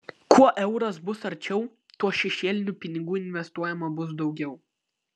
kuo euras bus arčiau tuo šešėlinių pinigų investuojama bus daugiau